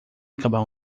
acabar